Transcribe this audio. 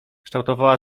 kształtowała